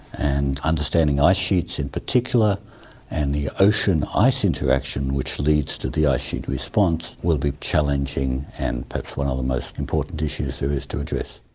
and understanding ice sheets in particular and the ocean ice interaction which leads to the ice sheet response will be challenging and perhaps one of the most important issues there is to address.